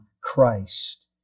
Christ